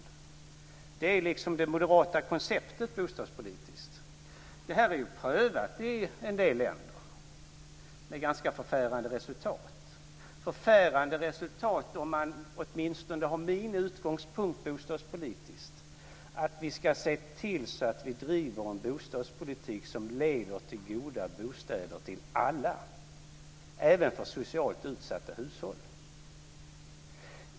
Det är liksom det moderata konceptet bostadspolitiskt men det här har ju prövats i en del länder, med ganska förfärande resultat - åtminstone från min utgångspunkt bostadspolitiskt, dvs.: att vi ska se till att vi driver en bostadspolitik som leder till goda bostäder till alla, även för socialt utsatta hushåll.